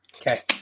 Okay